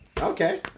Okay